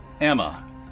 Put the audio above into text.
Emma